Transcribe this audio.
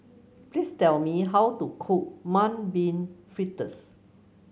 please tell me how to cook Mung Bean Fritters